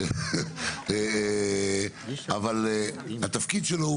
אבל התפקיד שלו,